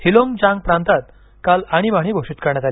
हीलोंग ज्यांग प्रांतात काल अणीबाणी घोषित करण्यात आली